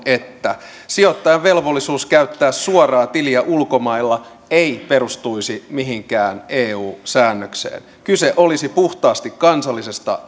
että sijoittajan velvollisuus käyttää suoraa tiliä ulkomailla ei perustuisi mihinkään eu säännökseen kyse olisi puhtaasti kansallisesta